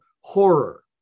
horror